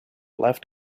left